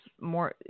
more